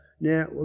Now